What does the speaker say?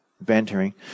bantering